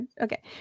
Okay